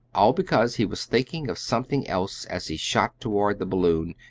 all because he was thinking of something else as he shot toward the balloon,